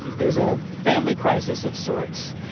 there's a family crisis of sorts.